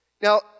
Now